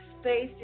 space